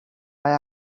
mae